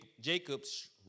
Jacob's